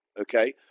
Okay